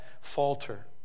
falter